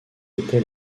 était